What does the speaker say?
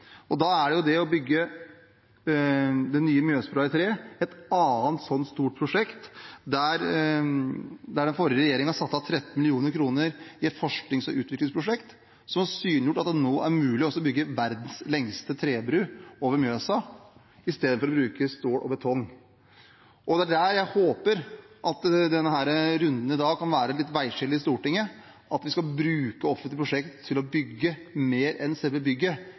Det å bygge den nye Mjøsbrua i tre er et annet slikt prosjekt. Den forrige regjeringen satte av 13 mill. kr til et forsknings- og utviklingsprosjekt, som nå har synliggjort at det er mulig å bygge verdens lengste trebru over Mjøsa i stedet for å bruke stål og betong. Jeg håper at denne runden kan utgjøre et veiskille i Stortinget, at vi skal bruke et offentlig prosjekt til å bygge mer enn selve bygget,